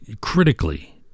critically